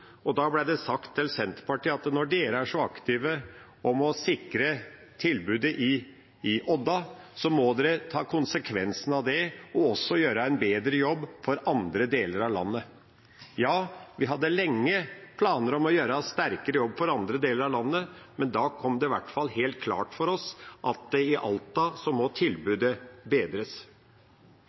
og da ble det sagt til Senterpartiet: Når dere er så aktive for å sikre tilbudet i Odda, må dere ta konsekvensen av det og også gjøre en bedre jobb for andre deler av landet. Ja, vi har lenge hatt planer om å gjøre en sterkere jobb for andre deler av landet, men da ble det i hvert fall helt klart for oss at i Alta må tilbudet bedres.